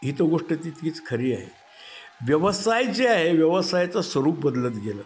ही तर गोष्ट तितकीच खरी आहे व्यवसाय जे आहे व्यवसायाचं स्वरूप बदलत गेलं